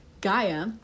Gaia